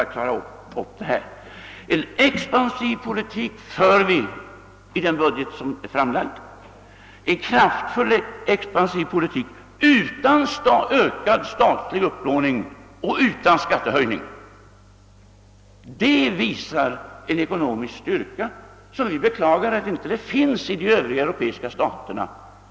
Den framlagda budgeten innebär dock att vi för en kraftfull expansiv politik, utan ökad statlig upplåning och utan skattehöjning. Detta visar en ekonomisk styrka som beklagligtvis inte finns i de övriga europeiska staterna.